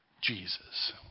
Jesus